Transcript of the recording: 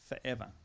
forever